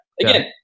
again